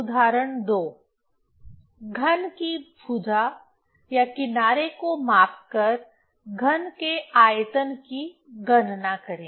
उदाहरण 2 घन की भुजा या किनारे को माप कर घन के आयतन की गणना करें